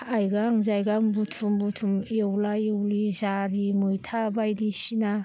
आयगां जायगां बुथुम बुथुम एवला एवलि जारि मैथा बायदिसिना